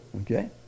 okay